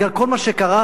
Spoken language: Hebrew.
בגלל כל מה שקרה,